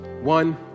One